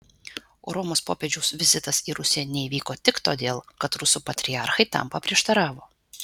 romos popiežiaus vizitas į rusiją neįvyko tik todėl kad rusų patriarchai tam paprieštaravo